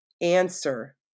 answer